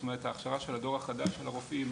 זאת אומרת בהכשרה של הדור החדש של הרופאים,